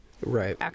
right